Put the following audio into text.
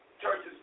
churches